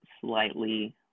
slightly